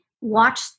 watch